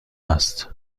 است